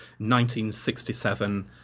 1967